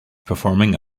performing